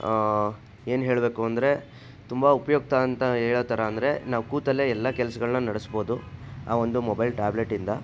ಏನು ಹೇಳಬೇಕು ಅಂದರೆ ತುಂಬ ಉಪಯುಕ್ತ ಅಂತ ಹೇಳೋ ಥರ ಅಂದರೆ ನಾವು ಕೂತಲ್ಲೇ ಎಲ್ಲ ಕೆಲಸಗಳನ್ನ ನಡೆಸಬಹುದು ಆ ಒಂದು ಮೊಬೈಲ್ ಟ್ಯಾಬ್ಲೆಟಿಂದ